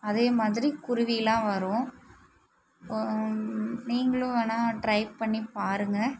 அதே மாதிரி குருவிலாம் வரும் ம்ம் நீங்களும் வேணா ட்ரை பண்ணி பாருங்கள்